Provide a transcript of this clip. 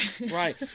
right